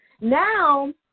Now